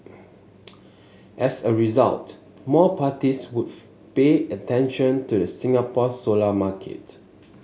as a result more parties would pay attention to the Singapore solar market